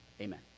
amen